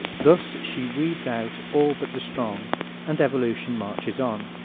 thus she weeds out all but the strong and evolution marches on.